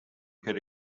could